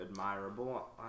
Admirable